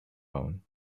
own